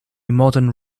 modern